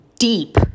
deep